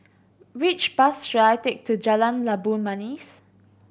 which bus should I take to Jalan Labu Manis